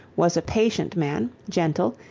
was a patient man, gentle,